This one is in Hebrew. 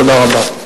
תודה רבה.